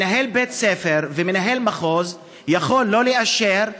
מנהל בית ספר ומנהל מחוז יכולים שלא לאשר,